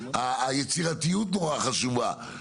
היצירתיות נורא חשובה,